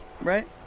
right